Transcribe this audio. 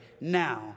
now